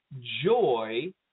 joy